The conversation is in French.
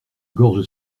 gorge